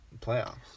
playoffs